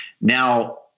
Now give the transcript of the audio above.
Now